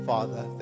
Father